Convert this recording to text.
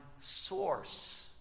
source